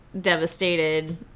devastated